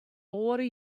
oare